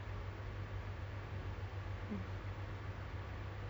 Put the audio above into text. really get married I feel like even if I get married now it's because that